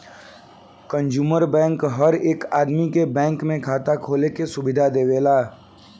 consumer bank हर एक आदमी के बैंक में खाता खोले के सुविधा देवेला